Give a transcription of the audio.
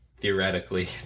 theoretically